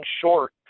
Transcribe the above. short